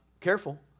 careful